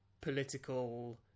political